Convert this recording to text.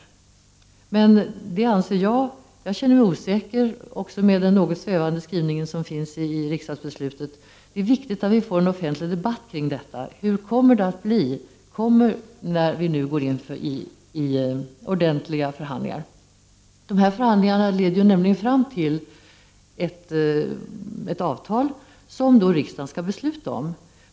Men jag känner mig osäker härvidlag med den något svävande skrivning som finns i riksdagsbeslutet. Det är viktigt att vi får en offentlig debatt om detta. Hur kommer det att bli, när vi nu går in för ordentliga förhandlingar? De här förhandlingarna leder ju nämligen fram till ett avtal som riksdagen skall besluta om.